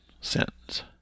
sentence